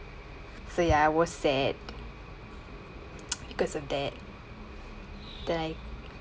so ya I was sad because of that that I